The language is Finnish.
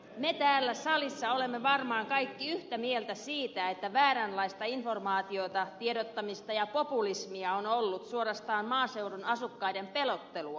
me täällä salissa olemme varmaan kaikki yhtä mieltä siitä että vääränlaista informaatiota tiedottamista ja populismia on ollut suorastaan maaseudun asukkaiden pelottelua